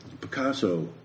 Picasso